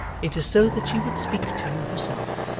it is so that she would speak to you herself,